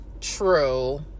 true